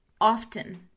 often